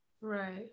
right